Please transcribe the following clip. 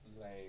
Lame